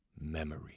memory